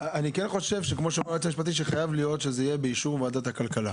נעביר את זה גם לרשימת הנושאים לטיפול.